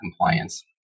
compliance